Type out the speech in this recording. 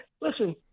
listen